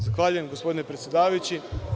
Zahvaljujem, gospodine predsedavajući.